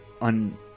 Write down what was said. on